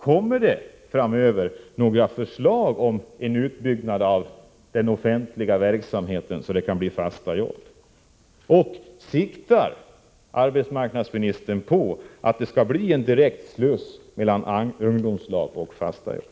Kommer det framöver några förslag om en utbyggnad av den offentliga verksamheten, så att det leder till fasta jobb? Siktar arbetsmarknadsministern på att det skall bli en direkt sluss mellan ungdomslag och fasta jobb?